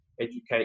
educate